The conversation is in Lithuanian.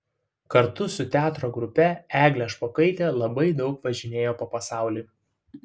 kartu su teatro trupe eglė špokaitė labai daug važinėjo po pasaulį